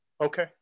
Okay